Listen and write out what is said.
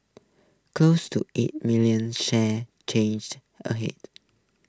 close to eight million shares changed A Head